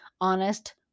honest